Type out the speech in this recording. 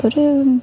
ରେ